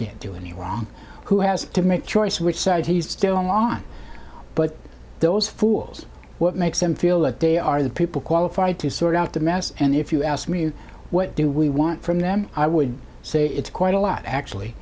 can't do any wrong who has to make choice which side he's still on but those fools what makes them feel that they are the people qualified to sort out the mess and if you ask me what do we want from them i would say it's quite a lot actually